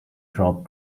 drop